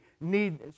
need